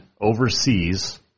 overseas